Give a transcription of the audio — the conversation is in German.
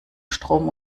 strom